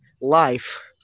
Life